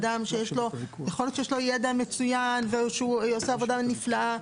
אדם שיכול להיות שיש לו ידע מצוין ושהוא עושה עבודה נפלאה,